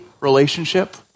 relationship